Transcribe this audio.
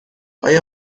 آیا